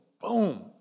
boom